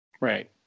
Right